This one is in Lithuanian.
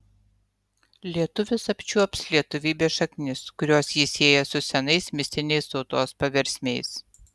lietuvis apčiuops lietuvybės šaknis kurios jį sieja su senais mistiniais tautos paversmiais